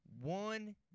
One